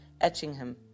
Etchingham